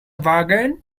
bargain